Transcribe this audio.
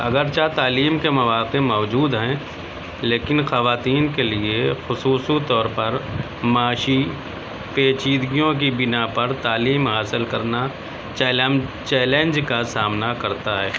اگرچہ تعلیم کے مواقع موجود ہیں لیکن خواتین کے لیے خصوصی طور پر معاشی پچیدگیوں کی بنا پر تعلیم حاصل کرنا چیلینج کا سامنا کرتا ہے